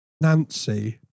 nancy